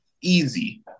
easy